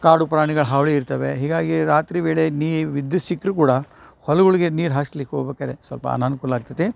ಕಾಡು ಪ್ರಾಣಿಗಳು ಹಾವಳಿ ಇರ್ತವೆ ಹೀಗಾಗಿ ರಾತ್ರಿ ವೇಳೆ ನೀ ವಿದ್ಯುತ್ ಸಿಕ್ಕರೂ ಕೂಡ ಹೊಲಗುಳಗೆ ನೀರು ಹಾಸ್ಲಿಕ್ಕೆ ಹೋಬೇಕಾರೆ ಸ್ವಲ್ಪ ಅನಾನುಕೂಲ ಆಗ್ತತೆ